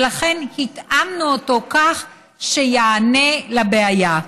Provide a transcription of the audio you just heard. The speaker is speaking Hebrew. ולכן התאמנו אותו כך שיענה לבעיה.